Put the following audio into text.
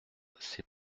c’est